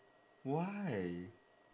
why